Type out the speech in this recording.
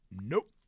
Nope